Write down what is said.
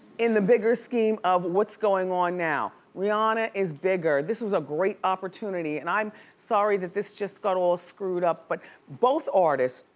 in the bigger scheme of what's going on now, rihanna is bigger, this was a great opportunity and i'm sorry that this just got all screwed up, but both artists,